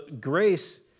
grace